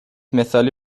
مثالی